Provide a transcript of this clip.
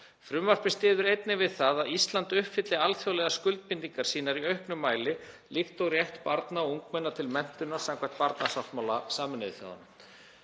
Frumvarpið styður einnig við það að Ísland uppfylli alþjóðlegar skuldbindingar sínar í auknum mæli líkt og rétt barna og ungmenna til menntunar samkvæmt barnasáttmála Sameinuðu þjóðanna.